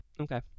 Okay